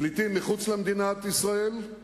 פליטים מחוץ למדינת ישראל,